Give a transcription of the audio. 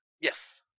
yes